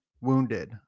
wounded